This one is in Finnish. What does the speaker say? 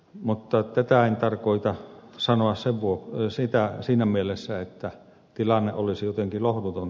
mutta tätä en tarkoita sanoa siinä mielessä että tilanne olisi jotenkin lohduton tai toivoton